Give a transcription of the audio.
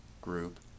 group